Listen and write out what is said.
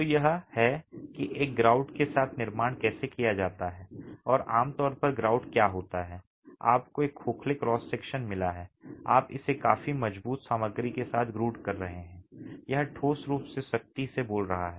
तो यह है कि एक ग्राउट के साथ निर्माण कैसे किया जाता है और आम तौर पर ग्राउट क्या होता है आपको एक खोखले क्रॉस सेक्शन मिला है आप इसे काफी मजबूत सामग्री के साथ ग्रूट कर रहे हैं यह ठोस रूप से सख्ती से बोल रहा है